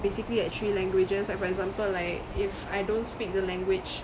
basically like three languages like for example like if I don't speak the language